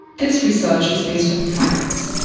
this research is based on facts.